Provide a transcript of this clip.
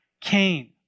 Cain